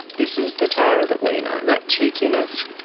this is the tara that we know, that cheekiness,